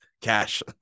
cash